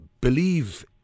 believe